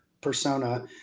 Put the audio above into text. persona